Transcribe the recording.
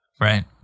Right